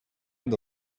lot